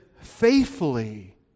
faithfully